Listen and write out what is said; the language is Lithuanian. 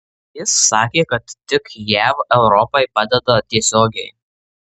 jis sakė kad tik jav europai padeda tiesiogiai